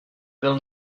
byl